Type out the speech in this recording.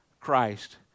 Christ